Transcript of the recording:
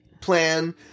plan